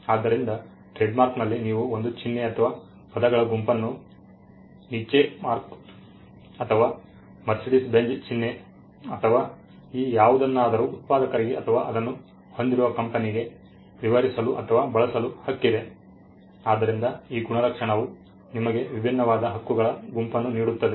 ಆದ್ದರಿಂದ ಟ್ರೇಡ್ಮಾರ್ಕ್ನಲ್ಲಿ ನೀವು ಒಂದು ಚಿಹ್ನೆ ಅಥವಾ ಪದಗಳ ಗುಂಪನ್ನು ನಿಚ್ ಮಾರ್ಕ್ ಅಥವಾ ಮರ್ಸಿಡಿಸ್ ಬೆಂಜ್ ಚಿಹ್ನೆ ಅಥವಾ ಈ ಯಾವುದನ್ನಾದರೂ ಉತ್ಪಾದಕರಿಗೆ ಅಥವಾ ಅದನ್ನು ಹೊಂದಿರುವ ಕಂಪನಿಗೆ ವಿವರಿಸಲು ಅಥವಾ ಬಳಸಲು ಹಕ್ಕಿದೆ ಆದ್ದರಿಂದ ಈ ಗುಣಲಕ್ಷಣವು ನಿಮಗೆ ವಿಭಿನ್ನವಾದ ಹಕ್ಕುಗಳ ಗುಂಪನ್ನು ನೀಡುತ್ತದೆ